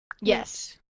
Yes